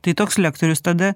tai toks lektorius tada